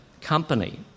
company